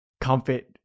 comfort